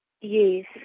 Yes